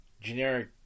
generic